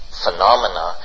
Phenomena